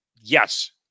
Yes